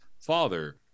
father